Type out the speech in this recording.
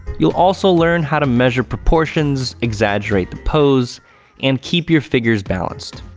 you'll also learn how to measure proportions, exaggerate the pose and keep your figures balanced.